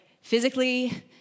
Physically